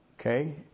okay